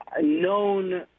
known